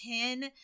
ten